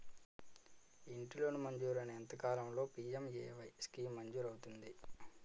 ఇంటి లోన్ మంజూరైన ఎంత కాలంలో పి.ఎం.ఎ.వై స్కీమ్ మంజూరు అవుతుంది?